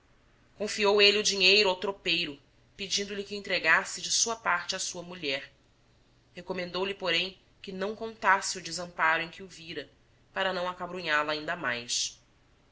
confiou ele o dinheiro ao tropeiro pedindo-lhe que o entregasse de sua parte à sua mulher recomendou-lhe porém que não contasse o desamparo em que o vira para não acabrunhá la ainda mais